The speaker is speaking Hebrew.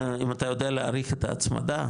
אם אתה יודע להעריך את ההצמדה,